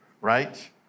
right